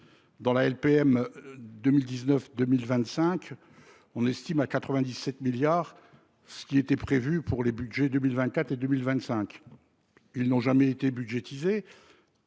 Dans la LPM 2019 2025. On estime à 97 milliards, ce qui était prévu pour les Budgets 2024 et 2025. Ils n'ont jamais été budgétisé.